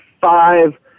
five